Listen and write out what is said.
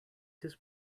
this